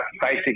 basic